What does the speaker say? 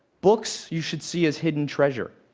books you should see as hidden treasure.